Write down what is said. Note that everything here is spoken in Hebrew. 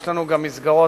ויש לנו גם מסגרות,